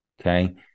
Okay